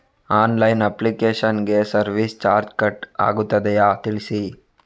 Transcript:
Online application ಗೆ service charge cut ಆಗುತ್ತದೆಯಾ ತಿಳಿಸಿ?